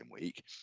week